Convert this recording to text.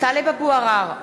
טלב אבו עראר,